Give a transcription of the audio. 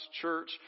church